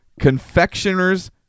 Confectioner's